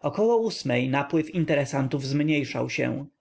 około ósmej napływ interesantów zmniejszał się